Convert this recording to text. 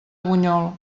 bunyol